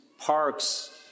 parks